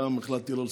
הפעם החלטתי לא לספר.